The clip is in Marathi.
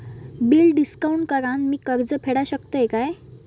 बिल डिस्काउंट करान मी कर्ज फेडा शकताय काय?